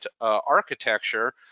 architecture